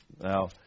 Now